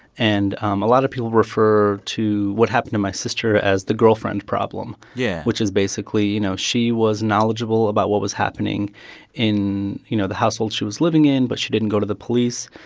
and um a lot of people refer to what happened to my sister as the girlfriend problem. yeah. which is, basically, you know, she was knowledgeable about what was happening in, you know, the household she was living in, but she didn't go to the police.